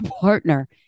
partner